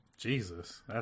Jesus